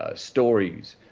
ah stories,